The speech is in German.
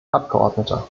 abgeordneter